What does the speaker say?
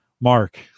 Mark